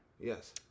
Yes